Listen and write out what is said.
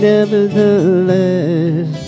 Nevertheless